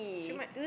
siew-mai